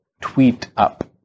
tweet-up